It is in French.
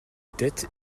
tête